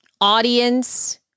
audience